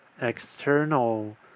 external